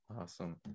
Awesome